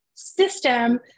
system